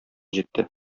җитте